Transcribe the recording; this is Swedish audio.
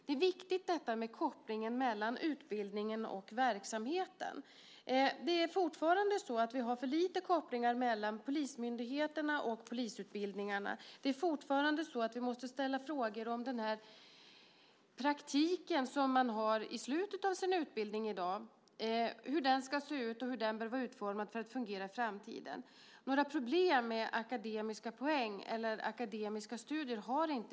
Det gäller kopplingen mellan utbildningen och verksamheten. Vi har fortfarande för få kopplingar mellan polismyndigheterna och polisutbildningarna. Vi måste fortfarande ställa frågor om den praktik som man i dag har i slutet av sin utbildning, alltså hur den bör vara utformad för att fungera i framtiden. Jag har inte några problem vad gäller akademiska poäng eller akademiska studier.